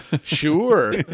sure